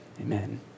Amen